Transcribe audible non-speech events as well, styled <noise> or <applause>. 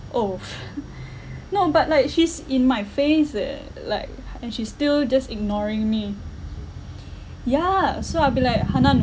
oh <laughs> no but like she's in my face eh like and she still just ignoring me yeah so I'll be like hannan